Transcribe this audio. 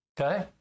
Okay